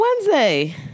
Wednesday